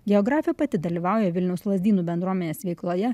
geografė pati dalyvauja vilniaus lazdynų bendruomenės veikloje